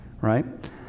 right